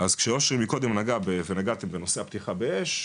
אז כשאושרי מקודם נגע בנושא הפתיחה באש,